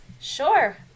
Sure